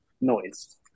noise